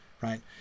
right